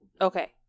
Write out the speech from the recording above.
Okay